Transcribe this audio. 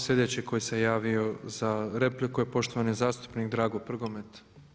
Slijedeći koji se javio za repliku je poštovani zastupnik Drago Prgomet.